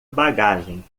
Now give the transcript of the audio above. bagagem